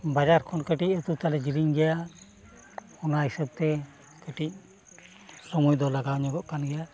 ᱵᱟᱡᱟᱨ ᱠᱷᱚᱱ ᱠᱟᱹᱴᱤᱡ ᱟᱹᱛᱩ ᱛᱟᱞᱮ ᱡᱮᱞᱮᱧ ᱜᱮᱭᱟ ᱚᱱᱟ ᱦᱤᱥᱟᱹᱵᱽ ᱛᱮ ᱠᱟᱹᱴᱤᱡ ᱥᱚᱢᱚᱭ ᱫᱚ ᱞᱟᱜᱟᱣ ᱧᱚᱜᱚᱜ ᱠᱟᱱ ᱜᱮᱭᱟ